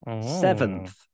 Seventh